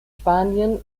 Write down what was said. spanien